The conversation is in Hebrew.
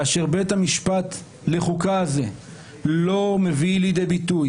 כאשר בית המשפט הזה לחוקה לא מביא לידי ביטוי